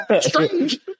strange